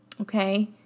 Okay